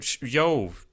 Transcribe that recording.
yo